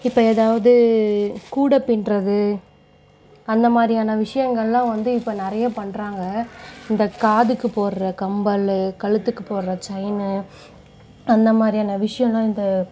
இப்போ எதாவது கூடை பின்னுறது அந்தமாதிரியான விஷயங்கள்லான் வந்து இப்போ நிறைய பண்றாங்க இந்த காதுக்கு போடுற கம்மலு கழுத்துக்கு போடுற செயின் அந்தமாதிரியான விஷயம்லான் இந்த